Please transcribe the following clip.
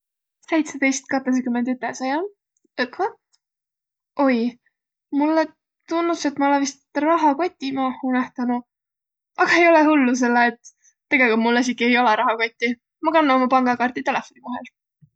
Säidsetõist katõsakümend ütesä, jah? Õkvalt. Oi! Mullõ tunnus, et ma olõ vist rahakoti maaha unõhtanuq. Aga ei olõq hullu, selle et tegeligult mul esiki ei olõq rahakotti. Ma kanna uma pangakaarti telefoni vahel.